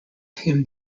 him